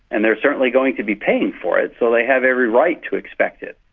and they're certainly going to be paying for it so they have every right to expect it.